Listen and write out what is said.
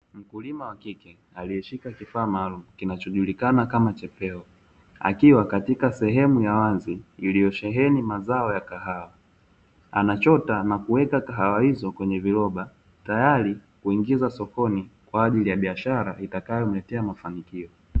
Mkulima wa kike aliyeshika kifaa maalumu kinachojulikana kama chepeo, akiwa katika sehemu ya wazi iliyosheni mazao ya kahawa. Anachota na kuweka kahawa hizo kwenye viroba, tayari kuingizwa sokoni kwa ajili ya biashara itakayomletea mafanikio.